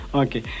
okay